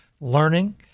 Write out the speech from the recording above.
learning